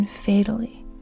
fatally